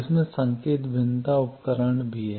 इसमें संकेत भिन्नता उपकरण भी हैं